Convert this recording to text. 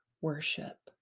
worship